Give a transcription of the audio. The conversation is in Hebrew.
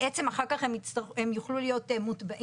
בעצם אחר כך הם יוכלו להיות נתבעים.